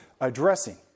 addressing